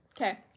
Okay